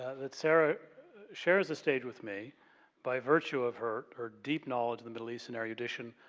that sarah shares the stage with me by virtue of her her deep knowledge of the middle east and erudition,